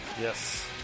yes